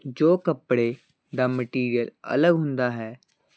ਜੋ ਕੱਪੜੇ ਦਾ ਮਟੀਰਅਲ ਅਲੱਗ ਹੁੰਦਾ ਹੈ